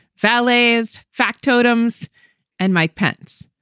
valet's factotums and mike pence.